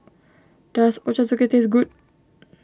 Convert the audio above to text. does Ochazuke taste good